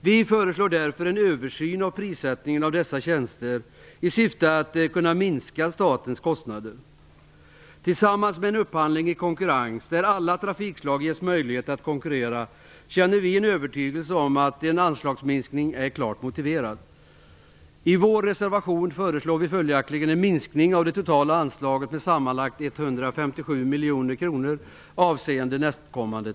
Vi föreslår en översyn av prissättningen av dessa tjänster i syfte att kunna minska statens kostnader. Med en upphandling i konkurrens, där alla trafikslag ges möjlighet att konkurrera, känner vi oss övertygade om att en anslagsminskning är klart motiverad. I vår reservation föreslår vi följaktligen en minskning av det totala anslaget med sammanlagt Herr talman!